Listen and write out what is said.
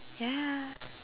ya